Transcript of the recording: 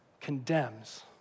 condemns